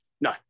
no